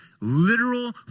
literal